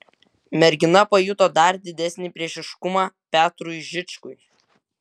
mergina pajuto dar didesnį priešiškumą petrui žičkui